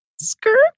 skirt